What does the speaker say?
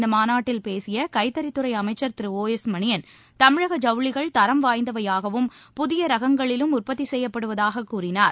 இந்த மாநாட்டில் பேசிய கைத்தறித்துறை அமைச்சர் திரு ஒ எஸ் மணியன் தமிழக ஜவுளிகள் தரம் வாய்ந்தவையாகவும் புதிய ரகங்களிலும் உற்பத்தி செய்யப்படுவதாகக் கூறினார்